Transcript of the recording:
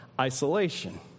isolation